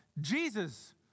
Jesus